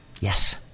Yes